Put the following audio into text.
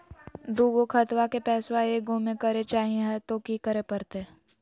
दू गो खतवा के पैसवा ए गो मे करे चाही हय तो कि करे परते?